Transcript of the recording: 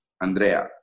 Andrea